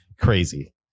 crazy